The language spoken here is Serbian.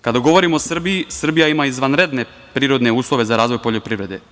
Kada govorimo o Srbiji, Srbija ima izvanredne prirodne uslove za razvoj poljoprivrede.